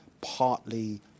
partly